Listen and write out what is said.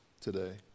today